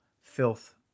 Filth